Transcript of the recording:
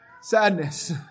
sadness